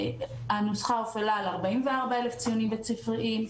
הנוסחה הופעלה על 44 אלף ציונים בית-ספריים.